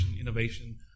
innovation